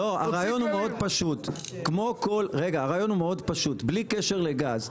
הרעיון הוא מאוד פשוט, בלי קשר לגז.